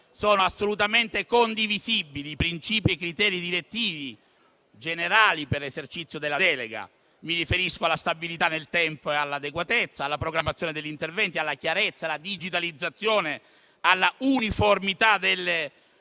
sono assolutamente condivisibili i princìpi e i criteri direttivi generali per l'esercizio della delega. Mi riferisco alla stabilità nel tempo e all'adeguatezza, alla programmazione degli interventi, alla chiarezza, alla digitalizzazione, all'uniformità delle procedure,